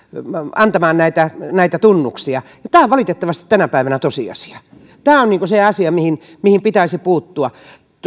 antamaan näitä näitä tunnuksia tämä on valitettavasti tänä päivänä tosiasia tämä on se asia mihin mihin pitäisi puuttua